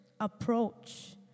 approach